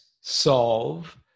solve